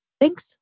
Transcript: Thanks